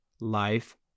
life